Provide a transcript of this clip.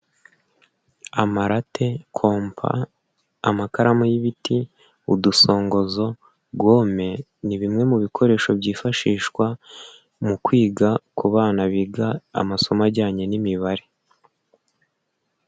Amarate, kompa, amakaramu y'ibiti, udusongozo, gome ni bimwe mu bikoresho byifashishwa mu kwiga ku bana biga amasomo ajyanye n'imibare.